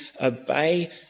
obey